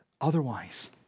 Otherwise